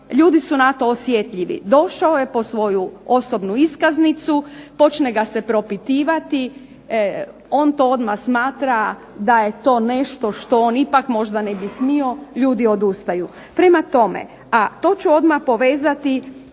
ljudi su na to osjetljivi. Došao je po svoju osobnu iskaznicu, počne ga se propitivati, on to odmah smatra da je to nešto što on ipak ne bi smio, ljudi odustaju. Prema tome, a to ću odmah povezati